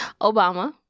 obama